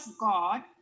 God